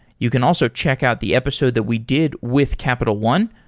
you can also check out the episode that we did with capital one.